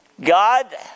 God